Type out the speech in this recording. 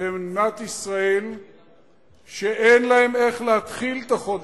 במדינת ישראל שאין להן איך להתחיל את החודש,